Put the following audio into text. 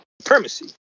supremacy